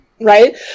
right